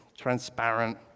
Transparent